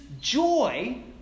joy